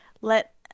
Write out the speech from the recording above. let